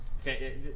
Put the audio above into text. Okay